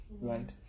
right